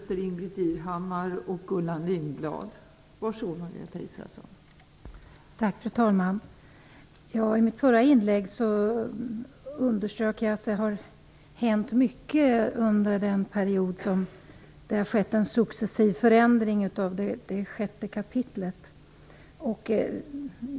Fru talman! I mitt förra inlägg underströk jag att det har hänt mycket under en period. Det har skett en successiv förändring av 6 kap.